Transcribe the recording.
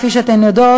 כפי שאתן יודעות,